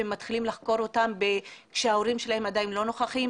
מתחילים לחקור אותם כשההורים שלהם עדיין לא נוכחים.